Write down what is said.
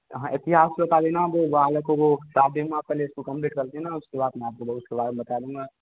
हाँ इतिहास के बता देना वह बालकों को सात दिन बाद पहले इसको कम्प्लीट कर देना उसके बाद मैं आपको उसके बारे में बता दूँगा